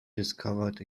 discovered